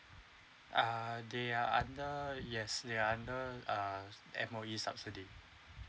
ah they are under yes they are under uh M_O_E subsidies